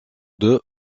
d’eux